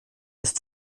ist